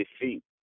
defeat